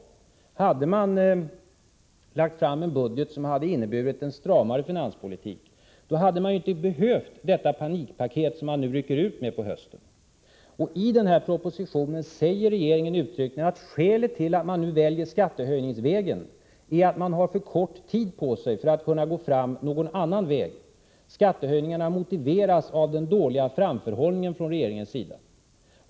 Om man då hade lagt fram en budget som hade inneburit en stramare finanspolitik, skulle man inte ha behövt det panikpaket som man nu under hösten rycker ut med. I den här propositionen säger regeringen uttryckligen, att skälet till att man väljer skattehöjningsvägen är att man har för kort tid på sig för att kunna gå fram någon annan väg. Skattehöjningarna motiveras av den dåliga framförhållningen från regeringens sida.